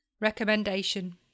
Recommendation